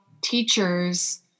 teachers